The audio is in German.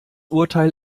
urteil